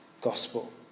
gospel